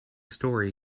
story